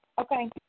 okay